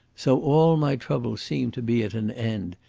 so all my troubles seemed to be at an end,